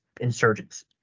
insurgents